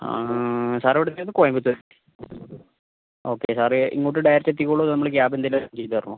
sir എവിടെ എത്തിയത് Coimbatore okay sir ഇങ്ങോട്ട് ഡയറക്റ്റ് എത്തിക്കൊള്ളാം നമ്മള് ക്യാബ് എന്തേലും അറേഞ്ച് ചെയ്ത് തരണോ